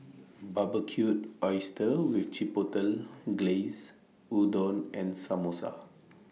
Barbecued Oysters with Chipotle Glaze Udon and Samosa